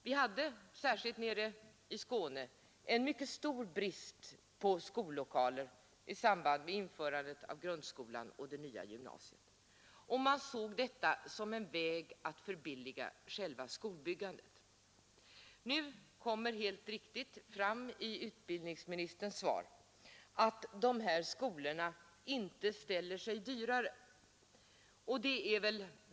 Vi hade särskilt nere i Skåne en mycket stor brist på skollokaler i samband med införandet av grundskolan och det nya gymnasiet, och man såg detta som en väg att förbilliga själva skolbyggandet. Nu kommer helt riktigt fram i utbildningsministerns svar att de här skolorna inte ställer sig dyrare.